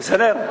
בסדר?